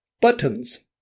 Buttons